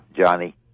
Johnny